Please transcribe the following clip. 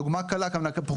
חושב שנספיק ונוכל.